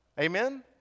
Amen